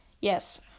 Yes